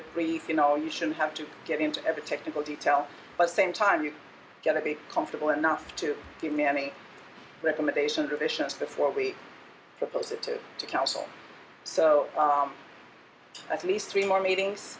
brief you know you shouldn't have to get into every technical detail but same time you get to be comfortable enough to give me any recommendations or vicious before we propose it to the council so at least three more meetings